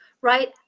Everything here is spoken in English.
right